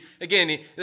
Again